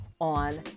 on